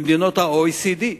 במדינות ה-OECD.